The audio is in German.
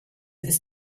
ist